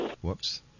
Whoops